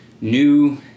new